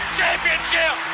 championship